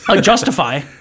Justify